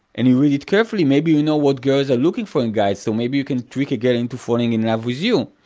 and you read it carefully, maybe you know what girls are looking for in guys, so maybe you can trick a girl into falling in love with you!